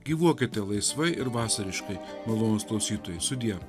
gyvuokite laisvai ir vasariškai malonūs klausytojai sudie